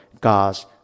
God's